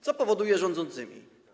Co powoduje rządzącymi?